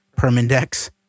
Permindex